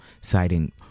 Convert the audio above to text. citing